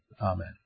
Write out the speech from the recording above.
Amen